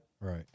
right